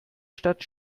stadt